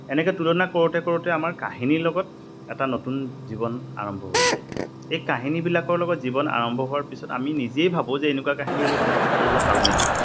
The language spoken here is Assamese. এনেকে তুলনা কৰোঁতে কৰোঁতে আমাৰ কাহিনীৰ লগত এটা নতুন জীৱন আৰম্ভ হৈ যায় এই কাহিনীবিলাকৰ লগত জীৱন আৰম্ভ হোৱাৰ পিছত আমি নিজেই ভাবোঁ যে এনেকুৱা কাহিনী আমি প্ৰস্তুত কৰিব পাৰোঁ নেকি